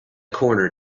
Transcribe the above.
corner